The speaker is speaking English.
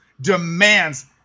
demands